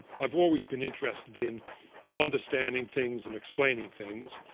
i've always been interested in understanding things and explaining things.